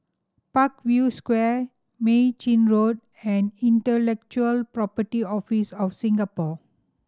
Parkview Square Mei Chin Road and Intellectual Property Office of Singapore